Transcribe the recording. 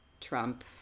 trump